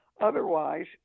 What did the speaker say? Otherwise